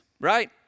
right